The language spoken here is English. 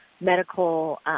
medical